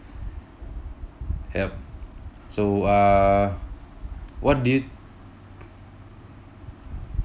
yup so uh what do you